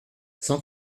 cent